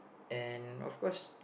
and of course